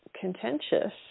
contentious